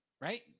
right